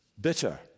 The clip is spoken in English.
bitter